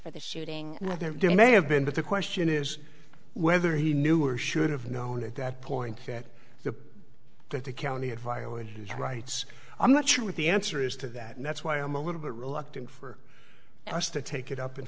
for the shooting they're doing may have been but the question is whether he knew or should have known at that point that the that the county had violated his rights i'm not sure what the answer is to that and that's why i'm a little bit reluctant for us to take it up and